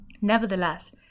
Nevertheless